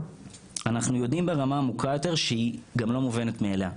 אנחנו יודעים ברמה עמוקה יותר שהיא גם לא מובנת מאליה,